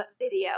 video